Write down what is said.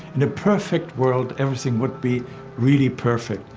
in a perfect world, everything would be really perfect.